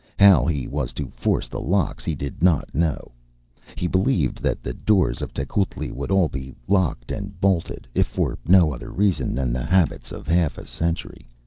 how he was to force the locks he did not know he believed that the doors of tecuhltli would all be locked and bolted, if for no other reason than the habits of half a century.